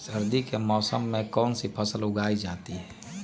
सर्दी के मौसम में कौन सी फसल उगाई जाती है?